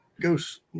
ghost